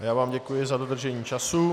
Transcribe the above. Já vám děkuji za dodržení času.